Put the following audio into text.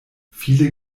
viele